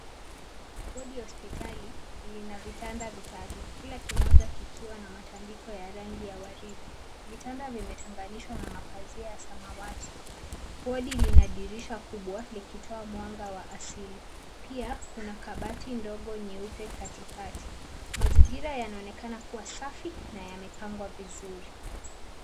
Wodi ya hospitali lina vitanda vitatu, kila kimoja kikiwa na matandiko ya rangi ya waridi. Vitanda vimetenganishwa na mapazia ya samawati. Wodi lina dirisha kubwa likitoa mwanga wa asili. Pia kuna kabati ndogo nyeupe katikati. Mazingira yanaonekana kuwa safi na yamepangwa vizuri.